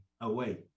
away